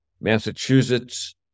Massachusetts